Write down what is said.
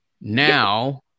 Now